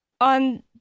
on